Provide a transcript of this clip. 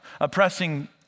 oppressing